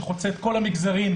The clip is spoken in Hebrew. שחוצה את כל המגזרים,